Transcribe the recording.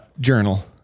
journal